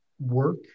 work